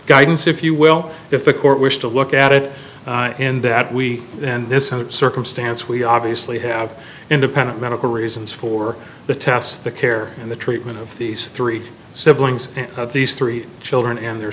guidance if you will if the court wish to look at it in that we and this circumstance we obviously have independent medical reasons for the tests the care and the treatment of these three siblings these three children and their